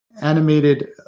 animated